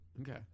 Okay